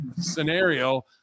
scenario